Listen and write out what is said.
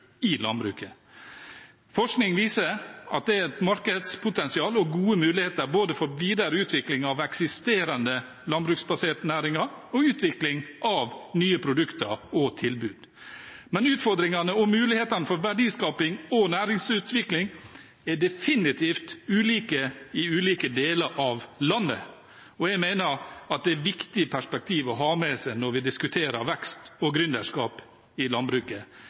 i landbruket. Forskning viser at det er et markedspotensial og gode muligheter både for videre utvikling av eksisterende landbruksbaserte næringer og for utvikling av nye produkter og tilbud. Men utfordringene og mulighetene for verdiskaping og næringsutvikling er definitivt ulike i ulike deler av landet, og jeg mener det er et viktig perspektiv å ha med seg når vi diskuterer vekst og gründerskap i landbruket.